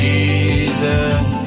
Jesus